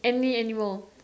any animal